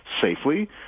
safely